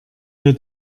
wir